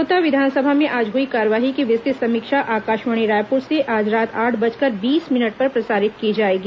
श्रोता विधानसभा में आज हुई कार्यवाही की विस्तृत समीक्षा आकाशवाणी रायपुर से आज रात आठ बजकर बीस मिनट पर प्रसारित की जाएगी